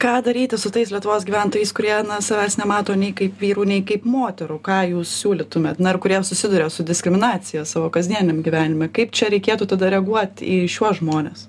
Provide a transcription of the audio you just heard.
ką daryti su tais lietuvos gyventojais kurie savęs nemato nei kaip vyrų nei kaip moterų ką jūs siūlytumėt na ir kurie susiduria su diskriminacija savo kasdieniam gyvenime kaip čia reikėtų tada reaguot į šiuos žmones